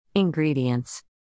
Ingredients